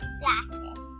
glasses